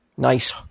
nice